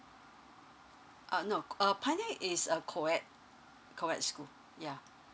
uh no co~ uh pioneer is a co aid co aid school yeah